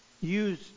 use